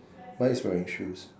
mine is wearing shoes